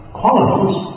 qualities